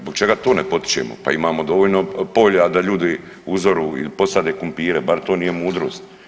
Zbog čega to ne potičemo pa imamo dovoljno polja da ljudi uzoru i posade kumpire bar to nije mudrost.